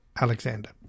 Alexander